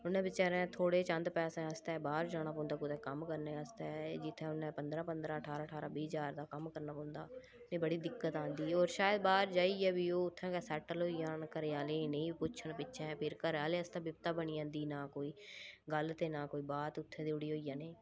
उ'नें बेचारे थोह्ड़े चंद पैसे आस्तै बाह्र जाना पौंदा कुदै कम्म करने आस्तै जित्थें उन्नै पंदरा पंदरा ठारां ठारां बीह् ज्हार दा कम्म करना पौंदा एह् बड़ी दिक्कत आंदी होर शायद बाह्र जाइयै बी ओह् उत्थें गै सैटल होई जान घरै आह्लें गी नेईं पुच्छन पिच्छें फिर घरै आह्लें आस्तै बी विपता बनी जंदी नां कोई गल्ल ते नां कोई बात उत्थें जोह्ड़ी गै होई जाना उ'नें